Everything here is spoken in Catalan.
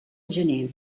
gener